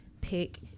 pick